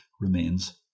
remains